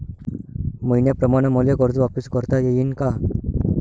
मईन्याप्रमाणं मले कर्ज वापिस करता येईन का?